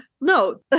no